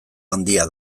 handia